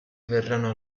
verranno